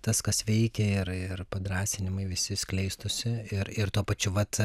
tas kas veikia ir ir padrąsinimai visi skleistųsi ir ir tuo pačiu vat